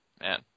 man